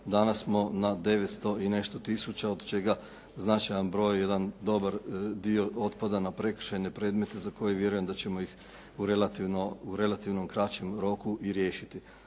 Danas smo na 900 i nešto tisuća od čega značajan broj jedan dobar dio otpada na prekršajne predmete za koje vjerujem da ćemo ih u relativno, u relativnom kraćem roku i riješiti.